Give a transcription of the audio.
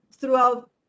throughout